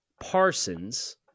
Parsons